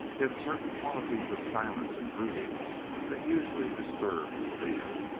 he had certain qualities of silence and brooding that usually disturbed the leader.